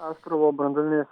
astravo branduolinės